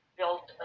built